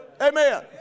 Amen